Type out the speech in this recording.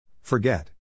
Forget